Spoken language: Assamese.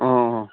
অঁ অঁ